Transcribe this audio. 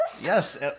Yes